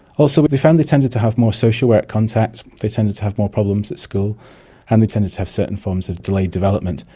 also but they found they tended to have more social work contact, they tended to have more problems at school and they tended to have certain forms of delayed development.